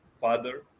father